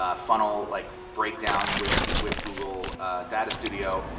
ah funnel like breakdown with with google data studio,